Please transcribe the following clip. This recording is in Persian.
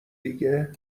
دیگه